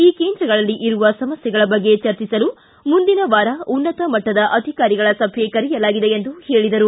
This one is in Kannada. ಈ ಕೇಂದ್ರಗಳಲ್ಲಿ ಇರುವ ಸಮಸ್ಟೆಗಳ ಬಗ್ಗೆ ಚರ್ಚಿಸಲು ಮುಂದಿನ ವಾರ ಉನ್ನತ ಮಟ್ಟದ ಅಧಿಕಾರಿಗಳ ಸಭೆ ಕರೆಯಲಾಗಿದೆ ಎಂದು ಹೇಳಿದರು